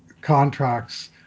contracts